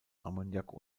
ammoniak